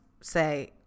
say